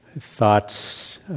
thoughts